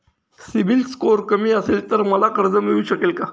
CIBIL score कमी असेल तर मला कर्ज मिळू शकेल का?